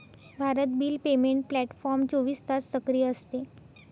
Bharat bill payment platform चोवीस तास सक्रिय असते